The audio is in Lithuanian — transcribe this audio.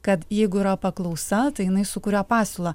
kad jeigu yra paklausa tai jinai sukuria pasiūlą